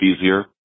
easier